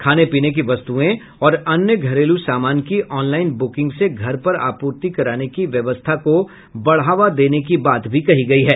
खाने पीने की वस्तुएं और अन्य घरेलू सामान की ऑनलाइन बुकिंग से घर पर आपूर्ति कराने की व्यवस्था को बढ़ावा देने की बात भी कही गई है